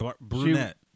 Brunette